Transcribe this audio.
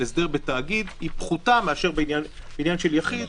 הסדר בתאגיד היא פחותה מאשר בעניין של יחיד.